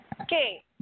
Okay